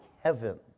heaven